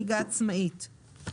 שסמוך זה קצת מוקדם,